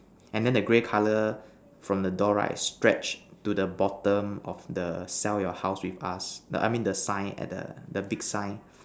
and then the grey color from the door right stretch to the bottom of the sell your house with us the I mean the sign at the big sign